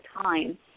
time